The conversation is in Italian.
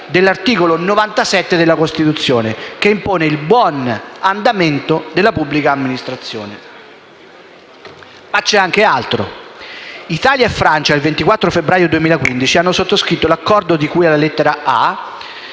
dell'articolo 97 della Costituzione che impone il buon andamento della pubblica amministrazione. Ma c'è anche altro. Italia e Francia il 24 febbraio 2015 hanno sottoscritto l'Accordo di cui alla lettera